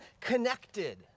connected